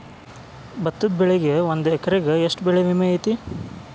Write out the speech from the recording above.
ಭತ್ತದ ಬೆಳಿಗೆ ಒಂದು ಎಕರೆಗೆ ಎಷ್ಟ ಬೆಳೆ ವಿಮೆ ಐತಿ?